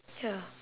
ya